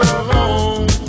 alone